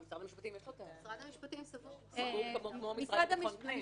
למשרד המשפטים סבור כמו המשרד לביטחון הפנים.